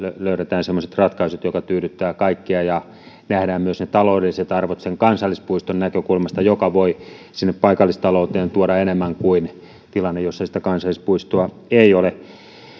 löydetään semmoiset ratkaisut jotka tyydyttävät kaikkia ja nähdään myös ne taloudelliset arvot sen kansallispuiston näkökulmasta joka voi sinne paikallistalouteen tuoda enemmän kuin tilanne jossa sitä kansallispuistoa ei ole